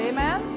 Amen